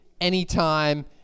Anytime